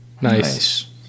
Nice